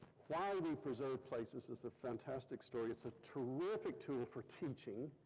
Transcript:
why we preserve places is a fantastic story, it's a terrific tool for teaching.